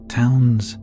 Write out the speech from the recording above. towns